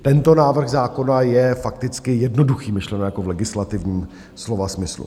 Tento návrh zákona je fakticky jednoduchý, myšleno jako v legislativním slova smyslu.